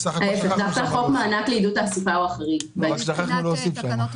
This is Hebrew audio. חוק מענק לעידוד תעסוקה הוא החריג בהקשר הזה.